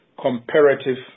comparative